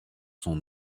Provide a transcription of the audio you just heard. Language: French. son